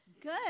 Good